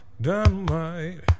dynamite